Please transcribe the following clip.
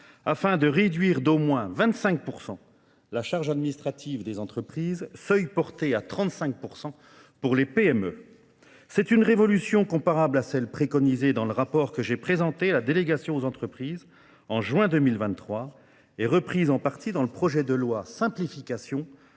afin de réduire d'au moins 25% la charge administrative des entreprises, seuil porté à 35% pour les PME. C'est une révolution comparable à celle préconisée dans le rapport que j'ai présenté à la délégation aux entreprises en juin 2023 et reprise en partie dans le projet de loi simplification